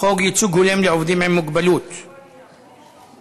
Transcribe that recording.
ייצוג הולם לעובדים עם מוגבלות בגופים ציבוריים (תיקוני חקיקה).